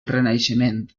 renaixement